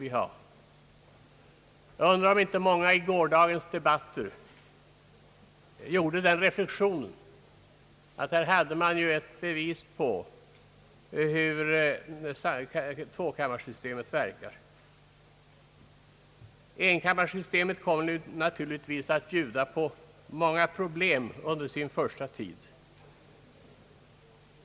Jag undrar om inte många av dem som var närvarande vid gårdagens debatter gjorde den reflexionen, att dessa debatter verkligen visade hur tvåkammarsystemet verkar. Enkammarsystemet kommer naturligtvis att erbjuda många problem under sin första tid.